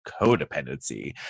codependency